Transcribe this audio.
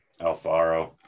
Alfaro